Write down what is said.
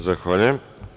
Zahvaljujem.